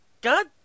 God